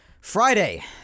Friday